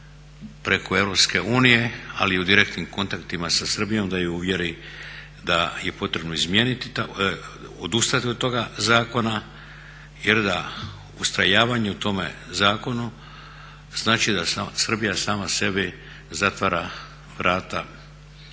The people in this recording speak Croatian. preko EU ali i u direktnim kontaktima sa Srbijom da je uvjeri da je potrebno odustati od toga zakona, jer da ustrajavanje u tome zakonu znači da Srbija sama sebi zatvara vrata